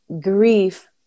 grief